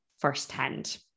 firsthand